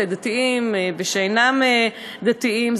דתיים ושאינם דתיים.